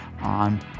on